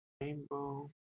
Rainbow